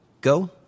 go